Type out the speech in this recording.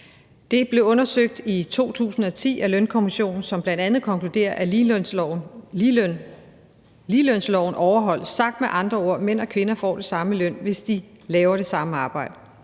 Det blev undersøgt i 2010 af Lønkommissionen, som bl.a. konkluderer, at ligelønsloven overholdes. Sagt med andre ord, mænd og kvinder får det samme i løn, hvis de laver det samme arbejde.